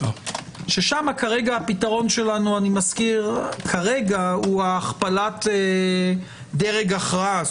שם הפתרון שלנו כרגע הוא הכפלת דרג הכרעה, כרגע.